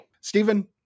Stephen